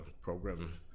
program